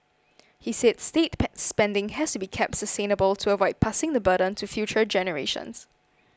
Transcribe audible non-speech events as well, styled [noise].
he said state [noise] spending has to be kept sustainable to avoid passing the burden to future generations